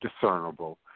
discernible